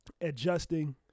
Adjusting